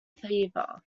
fever